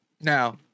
Now